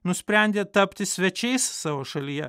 nusprendė tapti svečiais savo šalyje